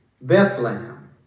Bethlehem